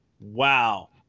wow